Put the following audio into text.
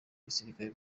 gisirikare